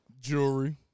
Jewelry